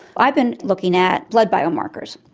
i've been looking at blood biomarkers,